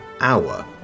hour